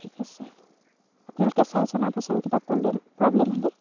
ঠিক আছে আপোনালোকে চাই জনাবচোন কিবা প্ৰব্লেম প্ৰব্লেম হ'লে